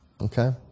Okay